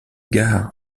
gard